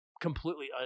completely